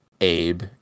Abe